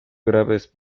graves